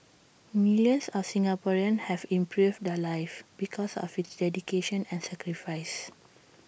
millions of Singaporeans have improved their lives because of his dedication and sacrifice